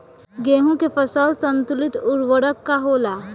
गेहूं के फसल संतुलित उर्वरक का होला?